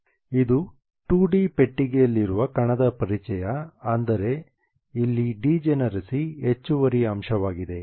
ಇದು 2D ಪೆಟ್ಟಿಗೆಯಲ್ಲಿರುವ ಕಣದ ಪರಿಚಯ ಅಂದರೆ ಇಲ್ಲಿ ಡಿಜೆನರಸಿ ಹೆಚ್ಚುವರಿ ಅಂಶವಾಗಿದೆ